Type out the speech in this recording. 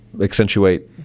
accentuate